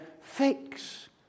fix